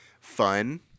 fun